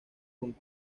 hong